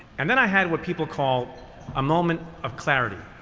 and then i had what people call a moment of clarity.